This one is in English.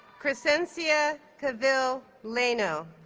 kreszentia kevill laino